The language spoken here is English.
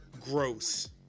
gross